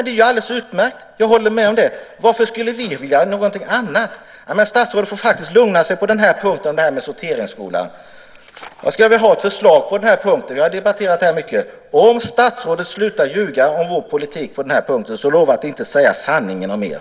Det är alldeles utmärkt. Jag håller med om det. Varför skulle vi vilja ha någonting annat? Statsrådet får lugna sig på den här punkten om sorteringsskolan. Jag skulle vilja lämna ett förslag på den här punkten. Vi har debatterat det här mycket. Om statsrådet slutar ljuga om vår politik på den här punkten lovar jag att inte säga sanningen om er.